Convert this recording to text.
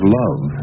love